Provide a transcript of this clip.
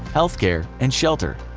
healthcare and shelter.